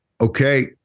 Okay